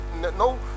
no